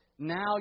Now